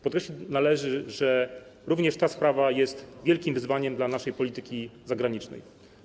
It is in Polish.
Podkreślić należy, że również ta sprawa jest wielkim wyzwaniem dla naszej polityki zagranicznej.